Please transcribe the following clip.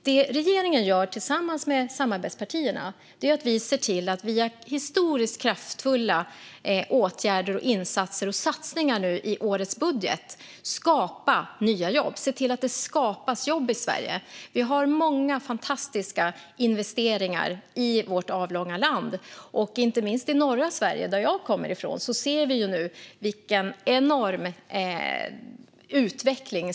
Det regeringen gör med samarbetspartierna är att via historiskt kraftfulla åtgärder och satsningar i årets budget se till att det skapas jobb i Sverige. Det görs många fantastiska investeringar i vårt avlånga land, och inte minst i norra Sverige, som jag kommer från, ser vi en enorm utveckling.